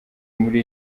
muri